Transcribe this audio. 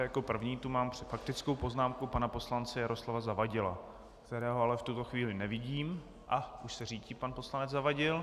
Jako první tu mám faktickou poznámku pana poslance Jaroslava Zavadila, kterého ale v tuto chvíli nevidím... a už se řítí pan poslanec Zavadil.